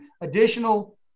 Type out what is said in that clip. additional